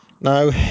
No